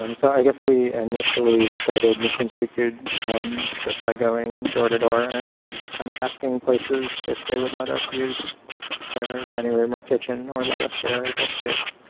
um so i guess we initially started mission street food just by going door to door and kind of asking places if they would let us use their dining room or kitchen or let us share the space